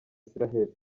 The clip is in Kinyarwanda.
israheli